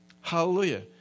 Hallelujah